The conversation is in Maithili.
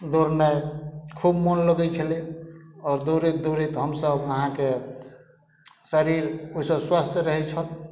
दौड़नाइ खूब मोन लगै छलै आओर दौड़ैत दौड़ैत हमसब अहाँके शरीर ओहिसँ स्वस्थ रहै छल